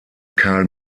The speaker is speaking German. karl